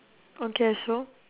okay so